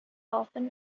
often